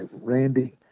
Randy